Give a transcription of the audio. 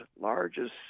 largest